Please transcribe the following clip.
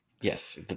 Yes